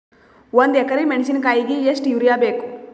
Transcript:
ಒಂದ್ ಎಕರಿ ಮೆಣಸಿಕಾಯಿಗಿ ಎಷ್ಟ ಯೂರಿಯಬೇಕು?